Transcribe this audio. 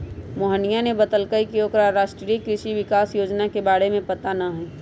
मोहिनीया ने बतल कई की ओकरा राष्ट्रीय कृषि विकास योजना के बारे में पता ना हई